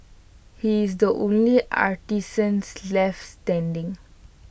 he is the only artisans left standing